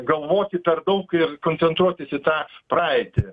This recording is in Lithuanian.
galvoti per daug ir koncentruotis į tą praeitį